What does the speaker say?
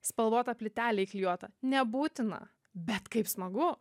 spalvota plytelė įklijuota nebūtina bet kaip smagu